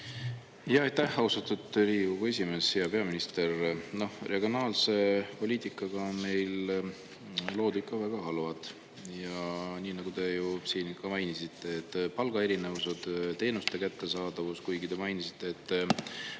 Aitäh, austatud Riigikogu esimees! Hea peaminister! Regionaalse poliitikaga on meil lood ikka väga halvad. Ja nii nagu te siin mainisite, et palgaerinevused, teenuste kättesaadavus, kuigi te mainisite, et